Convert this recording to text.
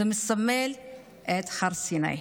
זה מסמל את הר סיני,